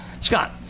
Scott